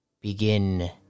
...begin